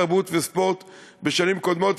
התרבות והספורט בשנים קודמות,